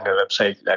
website